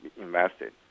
invested